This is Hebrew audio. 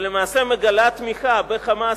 ולמעשה מגלה תמיכה ב"חמאס",